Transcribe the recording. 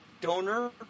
donor